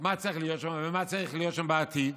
מה צריך להיות שם ומה צריך להיות שם בעתיד.